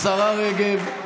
השרה רגב.